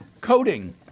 coding